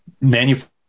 manufacture